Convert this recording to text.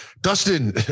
Dustin